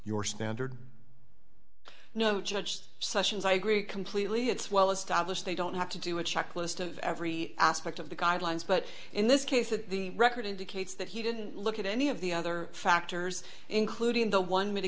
your standard no judged sessions i agree completely it's well established they don't have to do a checklist of every aspect of the guidelines but in this case that the record indicates that he didn't look at any of the other factors including the one mit